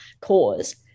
cause